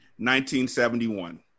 1971